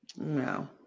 No